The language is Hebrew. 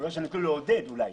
אלו פעולות שנועדו לעודד אולי,